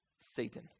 satan